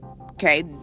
Okay